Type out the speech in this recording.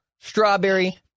strawberry